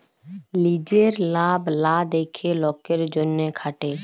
লিজের লাভ লা দ্যাখে লকের জ্যনহে খাটে